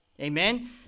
Amen